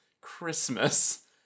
Christmas